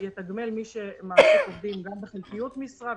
שיתגמל את מי מעסיק עובדים גם בחלקיות משרה.